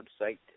website